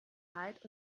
halt